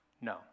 No